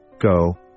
Go